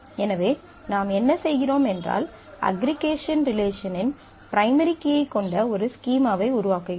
எனவே நாம் என்ன செய்கிறோம் என்றால் அஃகிறீகேஷன் ரிலேஷனின் ப்ரைமரி கீயைக் கொண்ட ஒரு ஸ்கீமாவை உருவாக்குகிறோம்